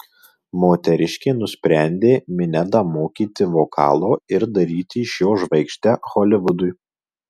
moteriškė nusprendė minedą mokyti vokalo ir daryti iš jo žvaigždę holivudui